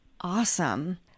Awesome